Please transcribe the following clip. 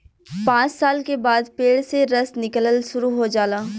पांच साल के बाद पेड़ से रस निकलल शुरू हो जाला